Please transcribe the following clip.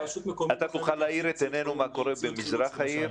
האם תוכל להאיר את עינינו מה קורה במזרח העיר?